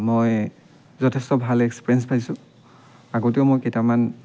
মই যথেষ্ট ভাল এক্সপেৰিয়েন্স পাইছোঁ আগতেও মই কেইটামান